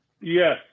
Yes